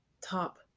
top